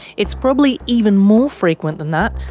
it's probably even more frequent than that,